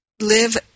live